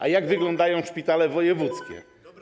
A jak wyglądają szpitale wojewódzkie?